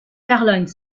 airlines